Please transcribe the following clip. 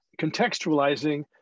contextualizing